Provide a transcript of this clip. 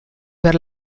per